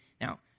Now